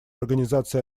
организации